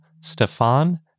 Stefan